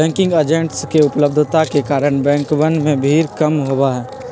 banking agents के उपलब्धता के कारण बैंकवन में भीड़ कम होबा हई